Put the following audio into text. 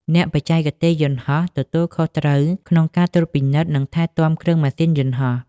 អ្នកបច្ចេកទេសយន្តហោះ ទទួលខុសត្រូវក្នុងការត្រួតពិនិត្យនិងថែទាំគ្រឿងម៉ាស៊ីនយន្តហោះ។